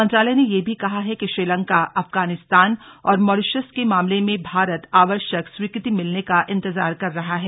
मंत्रालय ने यह भी कहा है कि श्रीलंका अफगानिस्तान और मॉरिशस के मामले में भारत आवश्यक स्वीकृति मिलने का इंतजार कर रहा है